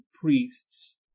priests